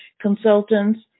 consultants